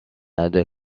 other